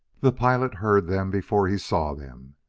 the pilot heard them before he saw them.